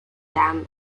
dam